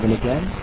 again